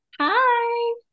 Hi